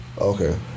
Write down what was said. okay